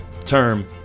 term